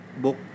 book